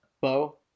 bow